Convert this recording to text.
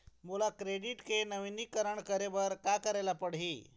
मोला क्रेडिट के नवीनीकरण करे बर का करे ले पड़ही?